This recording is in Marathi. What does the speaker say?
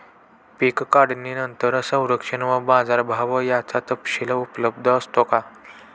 पीक काढणीनंतर संरक्षण व बाजारभाव याचा तपशील उपलब्ध असतो का?